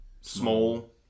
small